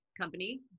company